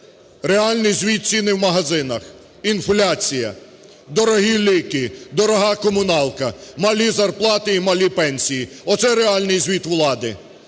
Реальний звіт – ціни в магазинах. Інфляція, дорогі ліки, дорога комуналка, малі зарплати і малі пенсії – оце реальний звіт влади.